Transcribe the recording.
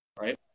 right